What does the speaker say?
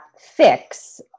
fix